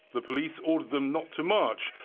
the police ordered them not to march,